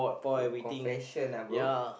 oh confession uh bro